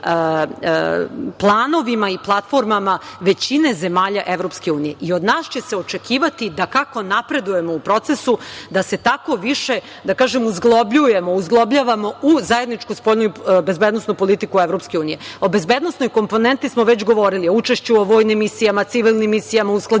planovima i platformama većine zemalja EU. Od nas će se očekivati da kako napredujemo u procesu, da se tako više, da kažem, uzglobljavamo u zajedničku spoljnu i bezbednosnu politiku EU. O bezbednosnoj komponenti smo već govorili, o učešću u vojnim misijama, civilnim misijama, o usklađivanju